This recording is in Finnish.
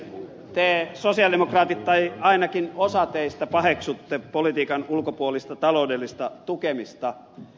te sosialidemokraatit tai ainakin osa teistä paheksutte politiikan ulkopuolista taloudellista tukemista